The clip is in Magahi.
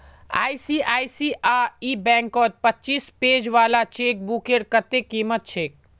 आई.सी.आई.सी.आई बैंकत पच्चीस पेज वाली चेकबुकेर कत्ते कीमत छेक